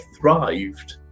thrived